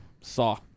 saw